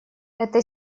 это